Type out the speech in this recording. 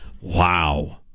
Wow